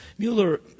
Mueller